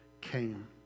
came